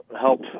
help